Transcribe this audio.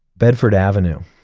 bedford avenue,